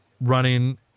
running